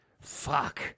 Fuck